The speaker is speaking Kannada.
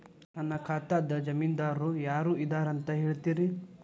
ನನ್ನ ಖಾತಾದ್ದ ಜಾಮೇನದಾರು ಯಾರ ಇದಾರಂತ್ ಹೇಳ್ತೇರಿ?